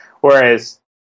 Whereas